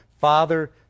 Father